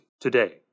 today